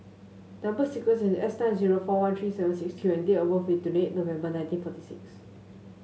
number sequence is S nine zero four one three seven six Q and date of birth is twenty eight November nineteen forty six